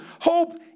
hope